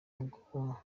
bwo